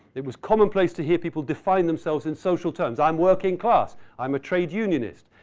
it was commonplace to hear people define themselves in social terms. i'm working class. i'm a trade unionist.